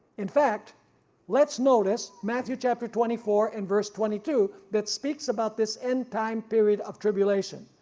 in fact let's notice matthew chapter twenty four and verse twenty two that speaks about this end-time period of tribulation,